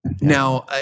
Now